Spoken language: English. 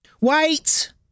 Wait